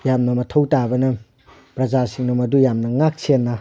ꯌꯥꯝꯅ ꯃꯊꯧ ꯇꯥꯕꯅ ꯄ꯭ꯔꯖꯥꯁꯤꯡꯅ ꯃꯗꯨ ꯌꯥꯝꯅ ꯉꯥꯛ ꯁꯦꯟꯅ